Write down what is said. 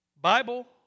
Bible